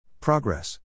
Progress